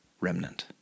remnant